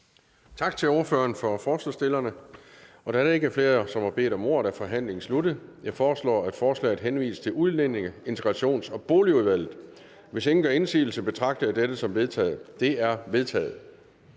Tak til ordføreren for forslagsstillerne. Da der ikke er flere, der har bedt om ordet, er forhandlingen sluttet. Jeg foreslår, at forslaget henvises til Udlændinge-, Integrations- og Boligudvalget. Hvis ingen gør indsigelse, betragter jeg dette som vedtaget. Det er vedtaget.